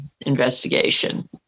investigation